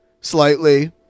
slightly